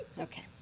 Okay